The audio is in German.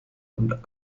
und